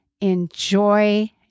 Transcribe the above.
enjoy